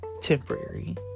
temporary